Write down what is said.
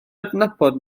adnabod